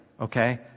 Okay